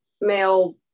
male